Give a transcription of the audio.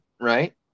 right